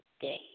day